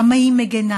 כמה היא מגינה,